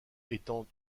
étant